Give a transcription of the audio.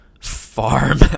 Farm